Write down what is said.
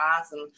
awesome